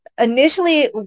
Initially